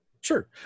sure